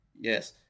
yes